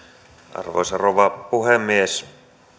arvoisa rouva puhemies